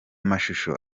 mashusho